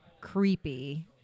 creepy